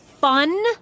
Fun